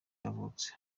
yavutse